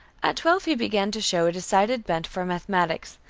at twelve he began to show a decided bent for mathematics,